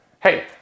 Hey